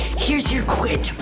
here's your quid.